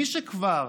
מי שכבר